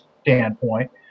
standpoint